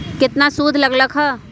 केतना सूद लग लक ह?